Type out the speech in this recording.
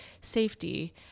safety